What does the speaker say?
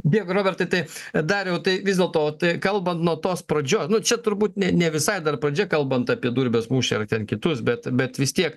dėkui robertai taip dariau tai vis dėl to tai kalbant nuo tos pradžios nu čia turbūt ne ne visai dar pradžia kalbant apie durbės mūšį ar ten kitus bet bet vis tiek